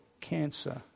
cancer